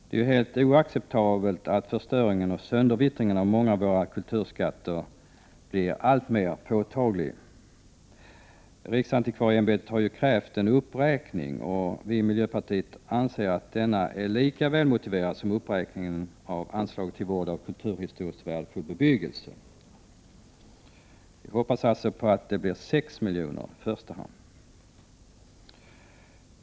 Det är helt oacceptabelt att förstöringen och söndervittringen av många av våra kulturskatter blir alltmer påtaglig. Riksantikvarieämbetet har ju krävt en uppräkning, och vi i miljöpartiet anser att denna är lika välmotiverad som uppräkningen av anslaget till vård av kulturhistoriskt värdefull bebyggelse. Vi hoppas alltså i första hand att det blir 6 milj.kr.